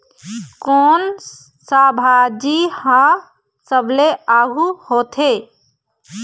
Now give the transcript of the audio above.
कोन सा भाजी हा सबले आघु होथे?